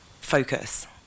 focus